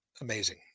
amazing